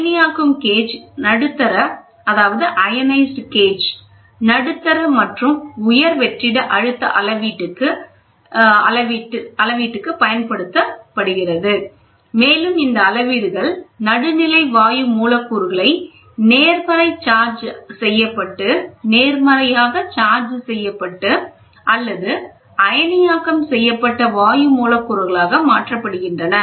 அயனியாக்கம் கேஜ் நடுத்தர மற்றும் உயர் வெற்றிட அழுத்த அளவீட்டு இருக்கு பயன்படுத்தப்படுகிறது மேலும் இந்த அளவீடுகள் நடுநிலை வாயு மூலக்கூறுகளை நேர்மறையாக சார்ஜ் செய்யப்பட்டு அல்லது அயனியாக்கம் செய்யப்பட்ட வாயு மூலக்கூறுகளாக மாற்றப்படுகின்றன